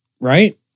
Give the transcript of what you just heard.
right